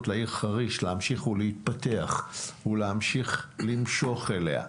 לעיר חריש להמשיך ולהתפתח ולהמשיך למשוך אליה,